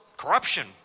Corruption